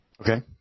Okay